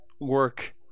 work